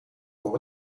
voor